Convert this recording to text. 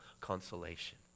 consolation